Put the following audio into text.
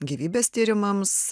gyvybės tyrimams